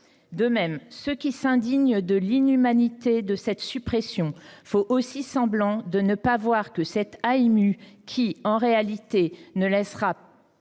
De même, ceux qui s’indignent de l’inhumanité de cette suppression font aussi semblant de ne pas voir qu’avec cette AMU, en réalité, on ne laissera